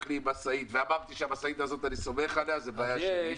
לי משאית ואמרתי שאני סומך על המשאית הזאת זו בעיה שלי.